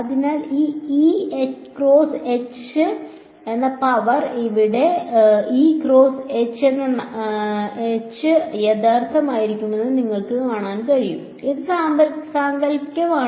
അതിനാൽ ഈ E cross H എന്ന പവർ ഇവിടെ E ക്രോസ് H നക്ഷത്രം യഥാർത്ഥമായിരിക്കുമെന്ന് നിങ്ങൾക്ക് കാണാൻ കഴിയും അത് സാങ്കൽപ്പികമാണ്